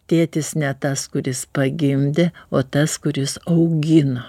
tėtis ne tas kuris pagimdė o tas kuris augino